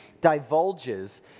divulges